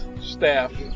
staff